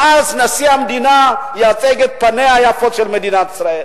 ואז נשיא המדינה ייצג את פניה היפות של מדינת ישראל.